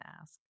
ask